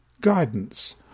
Guidance